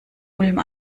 ulm